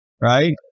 right